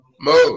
mode